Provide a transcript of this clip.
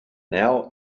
now